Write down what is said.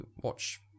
watch